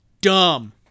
Dumb